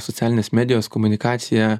socialinės medijos komunikacija